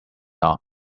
dark